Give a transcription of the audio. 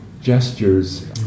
gestures